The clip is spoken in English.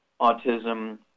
autism